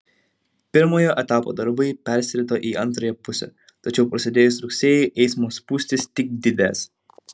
pirmojo etapo darbai persirito į antrąją pusę tačiau prasidėjus rugsėjui eismo spūstys tik didės